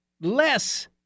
less